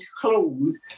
clothes